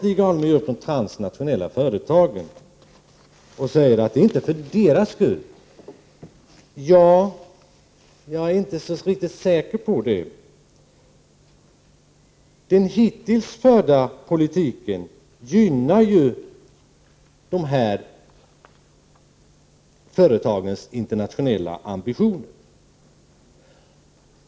Stig Alemyr talar sedan om transnationella företag och säger att anpassning inte sker för deras skull. Jag är inte så säker på det. Den hittills förda politiken gynnar dessa företags internationella ambitioner.